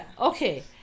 Okay